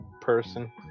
person